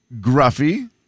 Gruffy